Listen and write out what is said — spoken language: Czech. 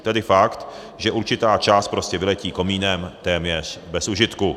Tedy fakt, že určitá část prostě vyletí komínem téměř bez užitku.